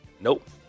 Nope